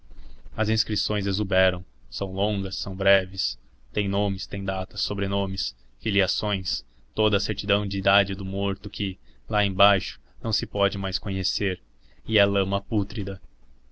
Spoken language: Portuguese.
as inscrições exuberam são longas são breves têm nomes têm datas sobrenomes filiações toda a certidão de idade do morto que lá embaixo não se pode mais conhecer e é lama pútrida